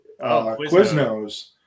Quiznos